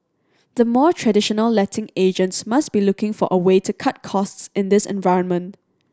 the more traditional letting agents must be looking for a way to cut costs in this environment